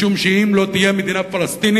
משום שאם לא תהיה מדינה פלסטינית,